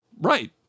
Right